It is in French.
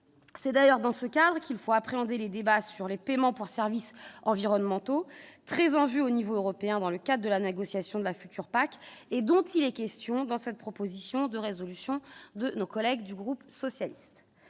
c'est d'ailleurs dans ce cadre qu'il faut appréhender les débats sur les paiements pour services environnementaux très en vue au niveau européen dans le cadre de la négociation de la future PAC et dont il est question dans cette proposition de résolution de nos collègues du groupe socialiste,